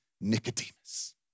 Nicodemus